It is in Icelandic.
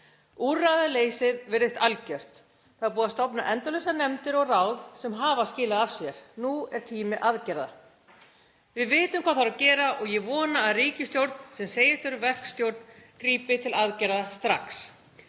Úrræðaleysið virðist algjört. Það er búið að stofna endalausar nefndir og ráð sem hafa skilað af sér. Nú er tími aðgerða. Við vitum hvað þarf að gera og ég vona að ríkisstjórn sem segist vera verkstjórn grípi til aðgerða strax.